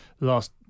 last